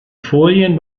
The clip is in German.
folien